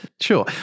sure